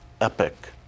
epic